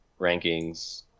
rankings